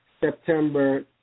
September